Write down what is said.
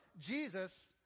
Jesus